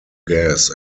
gas